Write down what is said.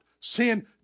sin